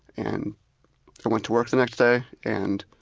and i went to work the next day, and